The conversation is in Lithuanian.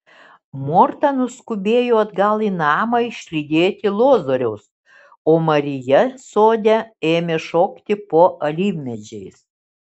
morta nuskubėjo atgal į namą išlydėti lozoriaus o marija sode ėmė šokti po alyvmedžiais